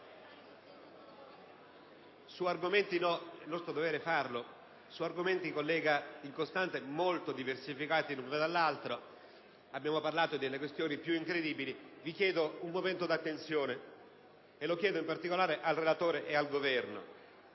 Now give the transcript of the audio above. su argomenti, collega Incostante, molto diversificati l'uno dall'altro. Abbiamo parlato delle questioni più incredibili. Vi chiedo un momento di attenzione, e lo chiedo in particolare al relatore ed al Governo.